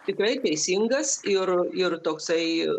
tikrai teisingas ir ir toksai